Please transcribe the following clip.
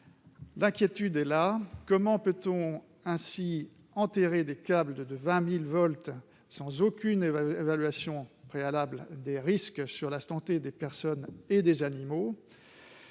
L'inquiétude est là. Comment peut-on ainsi enterrer des câbles de 20 000 volts sans aucune évaluation préalable des risques sur la santé des personnes et des animaux ?